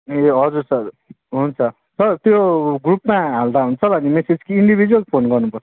ए हजुर सर हुन्छ सर त्यो ग्रुपमा हाल्दा हुन्छ होला मेसेज कि इन्डिभिजुवेल फोन गर्नुपर्छ